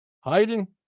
hiding